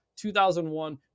2001